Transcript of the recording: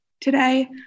today